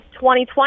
2020